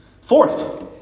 Fourth